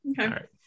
Okay